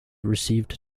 received